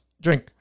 drink